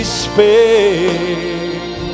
space